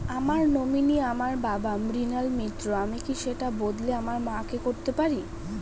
আমার নমিনি আমার বাবা, মৃণাল মিত্র, আমি কি সেটা বদলে আমার মা কে করতে পারি?